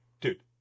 dude